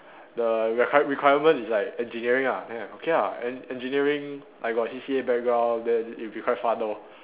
the require requirement is like engineering ah then I okay ah en~ engineering I got C_C_A background then it'll be quite fun lor